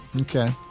Okay